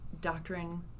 doctrine